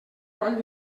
coll